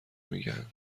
میگن